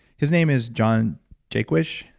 his name is john jaquish.